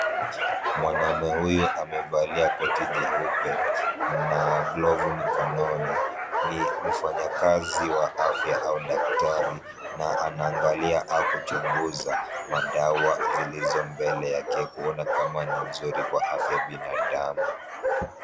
Mwanaume huyu amevalia koti jeupe na glovu mikononi. Ni mfanyakazi wa afya au daktari na anaangalia au kuchunguza madawa zilizo mbele yake kuona kama ni nzuri kwa afya ya binadamu.